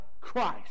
Christ